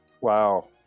Wow